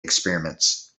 experiments